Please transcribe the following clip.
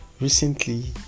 recently